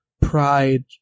pride